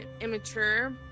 immature